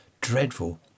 dreadful